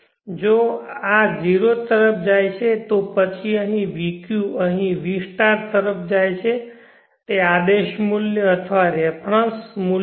જો આ 0 તરફ જાય છે તો પછી vq અહીં v તરફ જાય છે તે આદેશ મૂલ્ય અથવા રેફરન્સ મૂલ્ય છે